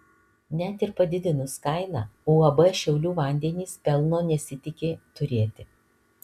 net ir padidinus kainą uab šiaulių vandenys pelno nesitiki turėti